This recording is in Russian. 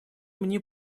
мне